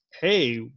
hey